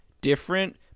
different